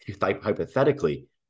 hypothetically